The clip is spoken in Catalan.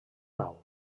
nau